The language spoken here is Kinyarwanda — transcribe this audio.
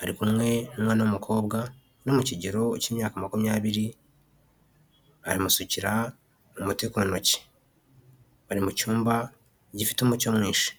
ari kumwe n'umwana w'umukobwa uri mu kigero cy'imyaka makumyabiri aramusukira umuti ku ntoki. Bari mu cyumba gifite umucyo mwinshi.